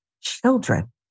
children